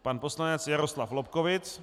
Pan poslanec Jaroslav Lobkowicz.